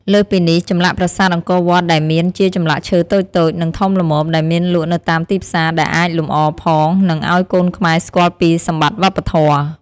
លើសពីនេះ ចម្លាក់ប្រាសាទអង្គវត្តដែលមានជាចម្លាក់ឈើតូចៗ និងធំល្មមដែលមានលក់នៅតាមទីផ្សារដែលអាចលំអរផង និងឲ្យកូនខ្មែរស្គាល់ពីសម្បត្តិវប្បធម៌។